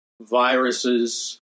viruses